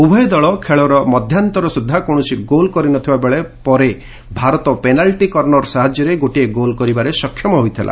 ଉଭୟ ଦଳ ଖେଳର ମଧ୍ୟାନ୍ତର ସୁଦ୍ଧା କୌଣସି ଗୋଲ୍ କରିନଥିବା ବେଳେ ପରେ ଭାରତ ପେନାଲ୍ଟି କର୍ଣ୍ଣର ସାହାଯ୍ୟରେ ଗୋଟିଏ ଗୋଲ୍ କରିବାରେ ସକ୍ଷମ ହୋଇଥିଲା